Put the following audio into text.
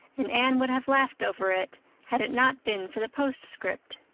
and anne would have laughed over it had it not been for the postscript.